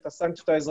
את הסנקציות האזרחיות